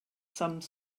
some